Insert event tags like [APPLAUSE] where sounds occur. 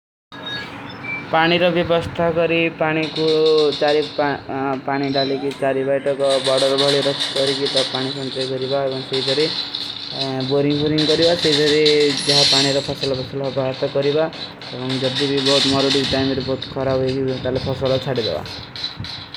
ପାନୀର ଭଵସ୍ଥା କରୀ, ପାନି କୋ ଚାରୀ ପାନୀ ଡାଲୀ କୀ, ଚାରୀ ଭାଈ କା ବାଡା। [UNINTELLIGIBLE]